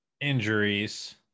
injuries